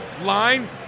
line